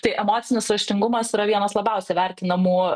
tai emocinis raštingumas yra vienas labiausiai vertinamų